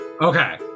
Okay